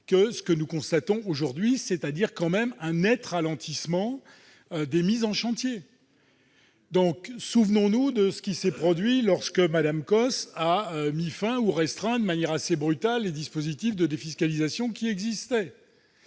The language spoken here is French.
rappeler, nous assistons tout de même à un net ralentissement des mises en chantier ? Souvenons-nous de ce qui s'est produit lorsque Mme Cosse a mis fin ou a restreint de manière assez brutale les dispositifs de défiscalisation qui existaient.